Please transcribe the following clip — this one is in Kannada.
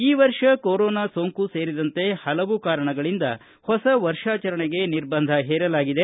ಈ ವರ್ಷ ಕೊರೋನಾ ಸೋಂಕು ಸೇರಿದಂತೆ ಪಲವು ಕಾರಣಗಳಿಂದ ಹೊಸ ವರ್ಷಾಚರಣೆಗೆ ನಿರ್ಬಂಧ ಹೇರಲಾಗಿದೆ